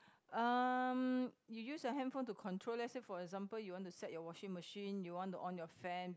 um you use you handphone to control let's say for example you want to set your washing machine you want to on your fan